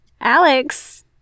Alex